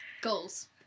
Goals